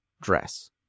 dress